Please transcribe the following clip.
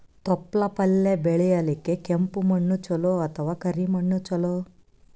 ತೊಪ್ಲಪಲ್ಯ ಬೆಳೆಯಲಿಕ ಕೆಂಪು ಮಣ್ಣು ಚಲೋ ಅಥವ ಕರಿ ಮಣ್ಣು ಚಲೋ?